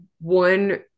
one